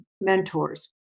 mentors